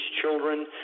children